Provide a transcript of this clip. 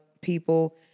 people